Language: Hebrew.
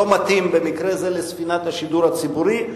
מתאים במקרה זה לספינת השידור הציבורי,